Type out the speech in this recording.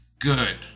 Good